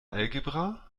algebra